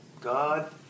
God